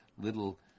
little